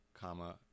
comma